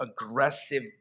aggressive